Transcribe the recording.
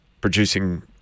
producing